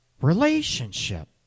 relationship